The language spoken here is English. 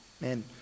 Man